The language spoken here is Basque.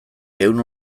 ehun